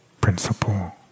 principle